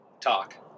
talk